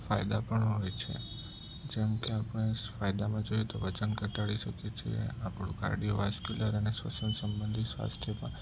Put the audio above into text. ફાયદા પણ હોય છે જેમ કે આપણે ફાયદામાં જોઈએ તો વજન ઘટાડી શકીએ છીએ આપણું કાર્ડિયો વાસ્ક્યુલર અને શ્વસન સંબધિત સ્વાસ્થ્યમાં